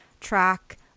track